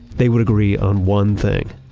they would agree on one thing